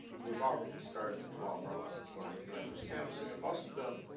we have already started to develop our lessons learned from address canvassing and most of them,